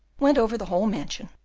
went over the whole mansion,